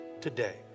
today